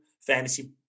fantasy